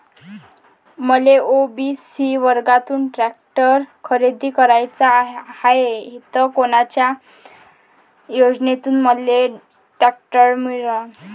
मले ओ.बी.सी वर्गातून टॅक्टर खरेदी कराचा हाये त कोनच्या योजनेतून मले टॅक्टर मिळन?